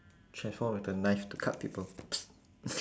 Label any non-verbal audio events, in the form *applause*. transform into knife to cut people *noise*